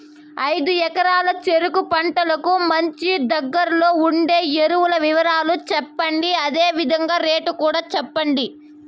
ఐదు ఎకరాల చెరుకు పంటకు మంచి, దగ్గర్లో ఉండే ఎరువుల వివరాలు చెప్పండి? అదే విధంగా రేట్లు కూడా చెప్పండి?